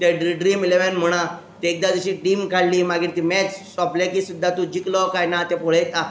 Dree Dream eleven म्हणा ते एकदां जशी डीम काडली मागीर ती मॅच सोंपले की सुद्दा तूं जिकलो काय ना तें पळयता